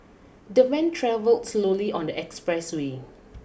the van travelled slowly on the expressway